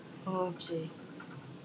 okay